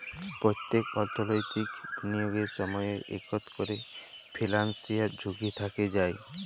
প্যত্তেক অর্থলৈতিক বিলিয়গের সময়ই ইকট ক্যরে ফিলান্সিয়াল ঝুঁকি থ্যাকে যায়